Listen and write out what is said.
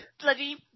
bloody